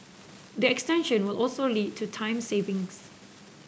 the extension will also lead to time savings